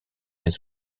des